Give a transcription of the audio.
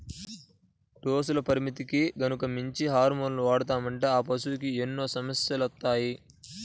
డోసుల పరిమితికి గనక మించి హార్మోన్లను వాడామంటే ఆ పశువులకి ఎన్నో సమస్యలొత్తాయి